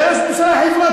כי היה ראש ממשלה חברתי.